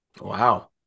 Wow